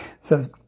says